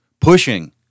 pushing